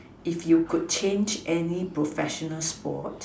if you could change any professional sport